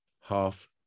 half